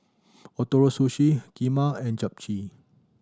Ootoro Sushi Kheema and Japchae